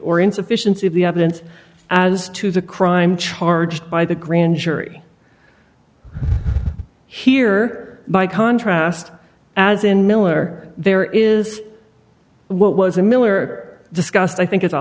or insufficiency of the evidence as to the crime charged by the grand jury here by contrast as in miller there is what was a miller discussed i think it's a